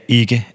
ikke